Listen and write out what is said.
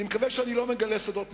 אני מקווה שאני לא מגלה סודות מהחדר,